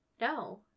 No